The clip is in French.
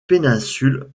péninsule